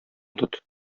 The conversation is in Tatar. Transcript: тот